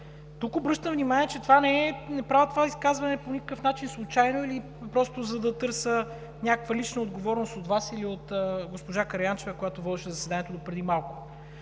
Тук обръщам внимание, че не правя това изказване по никакъв начин случайно или просто, за да търся някаква лична отговорност от Вас или от госпожа Караянчева, която водеше заседанието до преди малко.